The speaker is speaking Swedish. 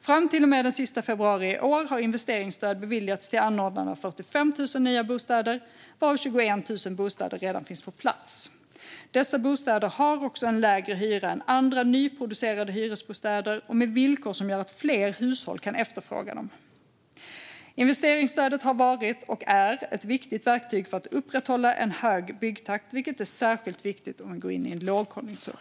Fram till och med den 28 februari i år har investeringsstöd beviljats till anordnande av 45 000 nya bostäder, varav 21 000 bostäder redan finns på plats. Dessa bostäder har också en lägre hyra än andra nyproducerade hyresbostäder och villkor som gör att fler hushåll kan efterfråga dem. Investeringsstödet har varit och är ett viktigt verktyg för att upprätthålla en hög byggtakt, vilket är särskilt viktigt om vi går in i en lågkonjunktur.